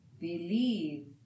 believe